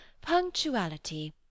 Punctuality